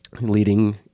leading